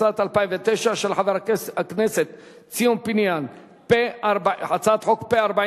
התשע"ב 2012. לבקשת יושב-ראש